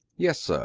yes, sir.